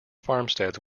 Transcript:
farmsteads